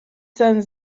sen